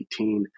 2018